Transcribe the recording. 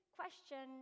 question